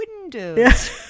windows